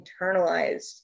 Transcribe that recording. internalized